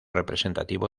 representativo